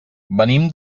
venim